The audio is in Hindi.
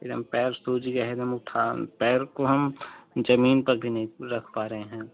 फिर हम पैर सूज गए हैं तो हम उठा नहीं पैर को हम ज़मीन पर भी नहीं रख पा रहे हैं